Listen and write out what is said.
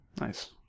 Nice